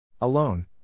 Alone